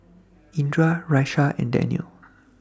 Indra Raisya and Daniel